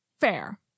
fair